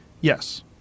Yes